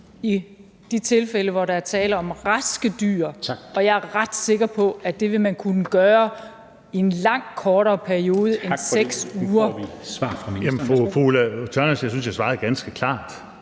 i de tilfælde, hvor der er tale om raske dyr. Og jeg er ret sikker på, at det vil man kunne gøre i en langt kortere periode end 6 uger.